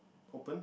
open